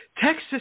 Texas